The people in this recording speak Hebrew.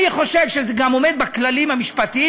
אני חושב שזה גם עומד בכללים המשפטיים.